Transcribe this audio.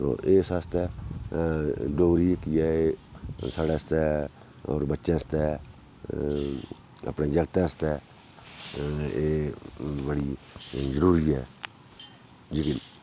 तो इस आस्तै डोगरी जेह्की ऐ एह् साढ़े आस्तै होर बच्चें आस्तै अपने जागतें आस्तै एह् बड़ी जरूरी ऐ जेह्ड़ी